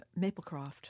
Maplecroft